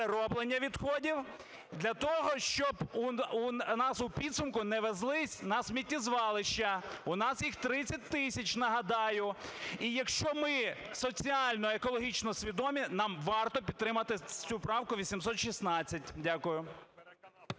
перероблення відходів, для того, щоб у нас у підсумку не везлись на сміттєзвалища. У нас їх 30 тисяч, нагадаю. І якщо ми соціально екологічно свідомі, нам варто підтримати цю правку 816. Дякую.